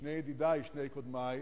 שני ידידי, שניהם